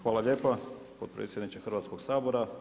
Hvala lijepa potpredsjedniče Hrvatskog sabora.